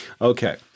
okay